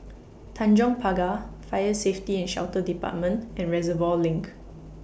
Tanjong Pagar Fire Safety and Shelter department and Reservoir LINK